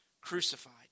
crucified